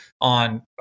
on